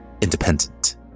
independent